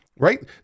Right